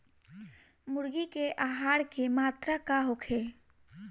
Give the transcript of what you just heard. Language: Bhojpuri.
मुर्गी के आहार के मात्रा का होखे?